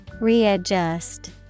Readjust